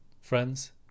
Friends